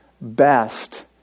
best